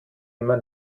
immer